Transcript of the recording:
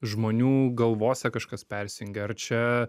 žmonių galvose kažkas persijungė ar čia